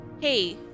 hey